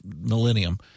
millennium